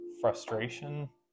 frustration